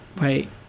right